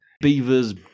Beavers